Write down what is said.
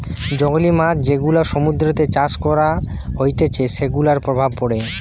জংলী মাছ যেগুলা সমুদ্রতে চাষ করা হতিছে সেগুলার প্রভাব পড়ে